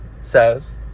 says